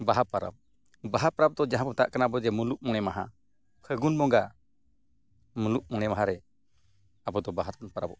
ᱵᱟᱦᱟ ᱯᱚᱨᱚᱵᱽ ᱵᱟᱦᱟ ᱯᱚᱨᱚᱵᱽ ᱫᱚ ᱡᱟᱦᱟᱸ ᱵᱚᱱ ᱢᱮᱛᱟᱜ ᱠᱟᱱᱟ ᱟᱵᱚ ᱡᱮ ᱢᱩᱞᱩᱜ ᱢᱚᱬᱮ ᱢᱟᱦᱟ ᱯᱷᱟᱹᱜᱩᱱ ᱵᱚᱸᱜᱟ ᱢᱩᱞᱩᱜ ᱢᱚᱬᱮ ᱢᱟᱦᱟᱨᱮ ᱟᱵᱚ ᱫᱚ ᱵᱟᱦᱟ ᱫᱚᱵᱚᱱ ᱯᱚᱨᱚᱵᱚᱜ ᱠᱟᱱᱟ